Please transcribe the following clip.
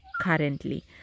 currently